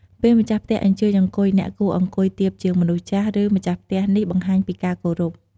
ពេលម្ចាស់ផ្ទះអញ្ជើញអង្គុយ អ្នកគួរអង្គុយទាបជាងមនុស្សចាស់ ឬ ម្ចាស់ផ្ទះ នេះបង្ហាញពីការគោរព។